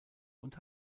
und